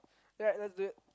alright let's do it